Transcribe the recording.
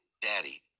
Daddy